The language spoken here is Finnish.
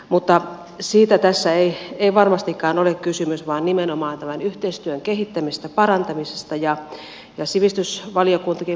mutta siitä tässä ei varmastikaan ole kysymys vaan nimenomaan tämän yhteistyön kehittämisestä ja parantamisesta